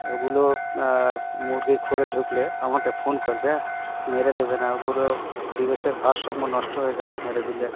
ওগুলো মুরগির খড়ে ঢুকলে আমাকে ফোন করবে হ্যাঁ মেরে দেবে না ওগুলো পরিবেশের ভারসাম্য নষ্ট হয়ে যাবে মেরে দিলে